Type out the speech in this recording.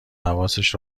حواسش